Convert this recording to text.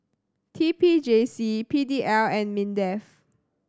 T P J C P D L and MINDEF